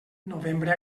novembre